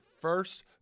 first